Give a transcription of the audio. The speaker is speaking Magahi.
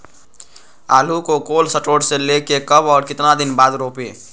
आलु को कोल शटोर से ले के कब और कितना दिन बाद रोपे?